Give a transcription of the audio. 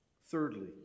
Thirdly